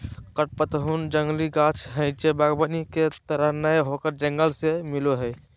कडपहनुत जंगली गाछ हइ जे वागबानी के तरह नय होकर जंगल से मिलो हइ